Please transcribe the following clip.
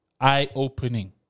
Eye-opening